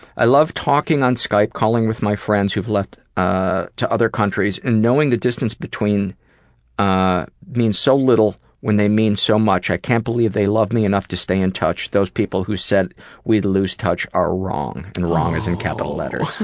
i love talking on skype, calling with my friends who've left ah to other countries and knowing the distance between ah seems so little when they mean so much. i can't believe they love me enough to stay in touch. those people who said we'd lose touch are wrong. and wrong is in capital letters.